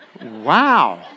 Wow